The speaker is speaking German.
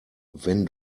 wenn